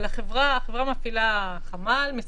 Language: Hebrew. ובעצם בחלון הזה החברה המפעילה רק תדע